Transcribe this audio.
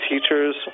teachers